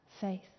faith